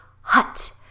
hut